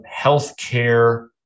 healthcare